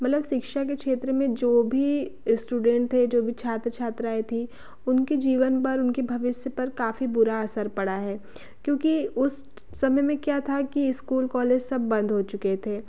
मतलब शिक्षा के क्षेत्र में जो भी इस्टूडेंट है जो भी छात्र छात्राएं थी उनकी जीवन बर उनकी भविष्य पर काफ़ी बुरा असर पड़ा है क्योंकि उस समय में क्या था कि इस्कूल कॉलेज सब बंद हो चुके थे